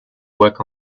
work